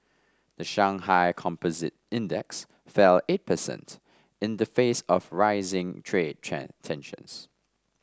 the Shanghai Composite Index fell eight percent in the face of rising trade tensions